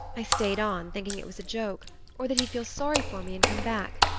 i stayed on, thinking it was a joke or that he'd feel sorry for me and come back.